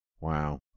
wow